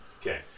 Okay